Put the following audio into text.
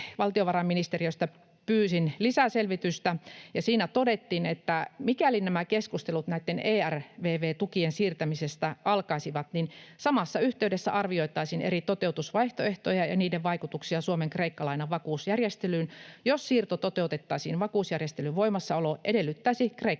valtiovarainministeriöstä pyysin lisäselvitystä, ja siinä todettiin, että mikäli keskustelut ERVV-tukien siirtämisestä alkaisivat, niin samassa yhteydessä arvioitaisiin eri toteutusvaihtoehtoja ja niiden vaikutuksia Suomen Kreikka-lainan vakuusjärjestelyyn. Jos siirto toteutettaisiin, vakuusjärjestelyn voimassaolo edellyttäisi kreikkalaisten